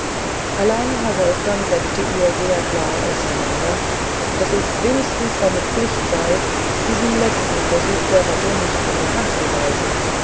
allein herr wolfgang setzte ihr sehr klar auseinander daß es wenigstens seine pflicht sei diesen letzten versuch der rettung nicht von der hand zu weisen